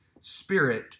spirit